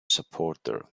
supporter